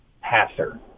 passer